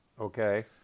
Okay